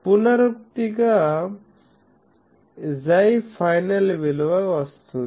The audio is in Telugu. పునరుక్తిగా 𝝌 ఫైనల్ విలువ వస్తుంది